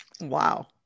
Wow